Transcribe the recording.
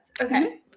okay